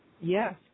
Yes